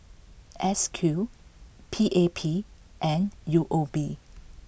S Q P A P and U O B